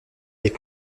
des